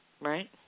right